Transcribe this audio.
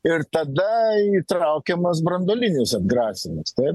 ir tada įtraukiamas branduolinis atgrasymas taip